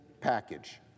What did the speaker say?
package